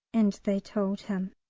and they told him.